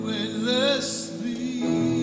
endlessly